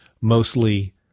mostly